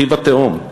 אחיו התאום,